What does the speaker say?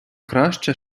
краще